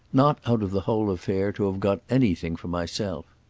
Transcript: not, out of the whole affair, to have got anything for myself.